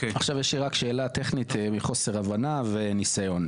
יש לי שאלה טכנית מחוסר הבנה וניסיון.